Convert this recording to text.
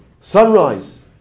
sunrise